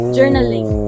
Journaling